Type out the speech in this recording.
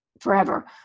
forever